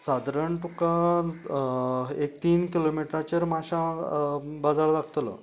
सादरण तुका एक तीन किलोमीटराचेर माश्यां बाजार लागतलो